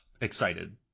excited